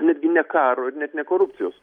netgi ne karo ir net ne korupcijos